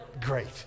Great